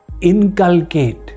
inculcate